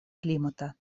климата